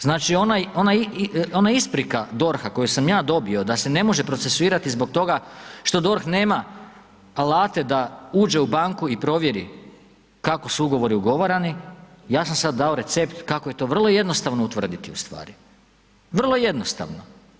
Znači ona isprika DORH-a koju sam ja dobio da se ne može procesuirati zbog toga što DORH nema alate da uđe u banku i provjeri kako su ugovori ugovarani, ja sam sada dao recept kako je to vrlo jednostavno ustvrditi ustvari, vrlo jednostavno.